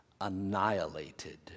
annihilated